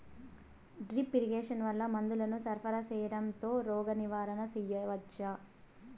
Drip irrigation వల్ల మందులను సరఫరా సేయడం తో రోగ నివారణ చేయవచ్చా?